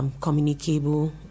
communicable